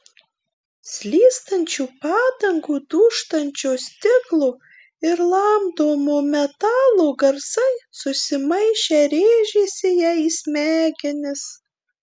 slystančių padangų dūžtančio stiklo ir lamdomo metalo garsai susimaišę rėžėsi jai į smegenis